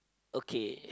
okay